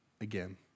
again